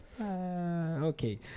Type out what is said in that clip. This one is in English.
Okay